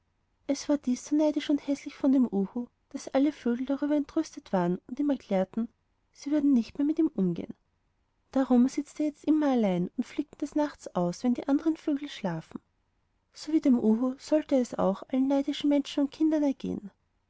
es war dies so neidisch und häßlich von dem uhu daß alle vögel darüber entrüstet waren und ihm erklärten sie würden nicht mehr mit ihm umgehen darum sitzt er auch jetzt immer allein und fliegt nur des nachts aus wenn die andern vögel schlafen so wie dem uhu sollte es auch allen neidischen menschen und kindern gehen